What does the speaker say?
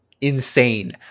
insane